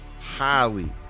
highly